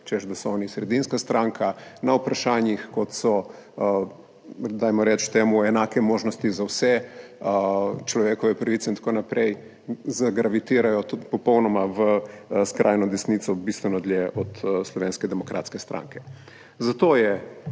češ da so oni sredinska stranka, na vprašanjih, kot so, dajmo reči temu enake možnosti za vse, človekove pravice in tako naprej, gravitirajo popolnoma v skrajno desnico, bistveno dlje od Slovenske demokratske stranke. Zato je